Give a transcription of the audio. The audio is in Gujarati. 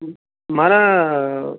મારા